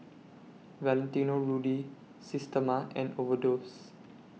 Valentino Rudy Systema and Overdose